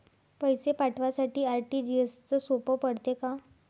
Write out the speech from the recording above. पैसे पाठवासाठी आर.टी.जी.एसचं सोप पडते का?